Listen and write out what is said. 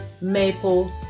maple